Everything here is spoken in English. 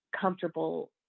comfortable